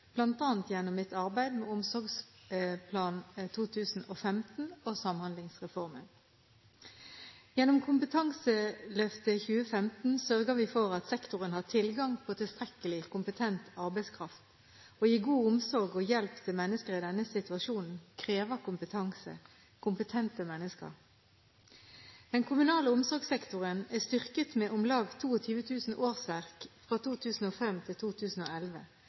bl.a. gjennom mitt arbeid med Omsorgsplan 2015 og Samhandlingsreformen. Gjennom Kompetanseløftet 2015 sørger vi for at sektoren har tilgang på tilstrekkelig kompetent arbeidskraft. Å gi god omsorg og hjelp til mennesker i denne situasjonen krever kompetanse, kompetente mennesker. Den kommunale omsorgssektoren er styrket med om lag 22 000 årsverk fra 2005 til 2011.